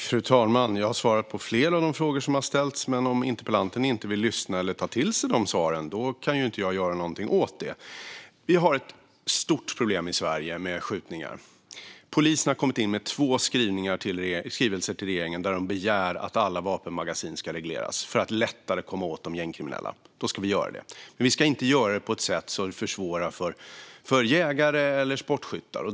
Fru talman! Jag har svarat på flera av de frågor som har ställts, men om interpellanten inte vill lyssna på eller ta till sig svaren kan jag inte göra någonting åt det. Vi har ett stort problem i Sverige med skjutningar. Polisen har kommit in med två skrivelser till regeringen där de begär att alla vapenmagasin ska regleras för att man lättare ska kunna komma åt de gängkriminella. Då ska vi göra det, men vi ska inte göra det på ett sätt som försvårar för jägare eller sportskyttar.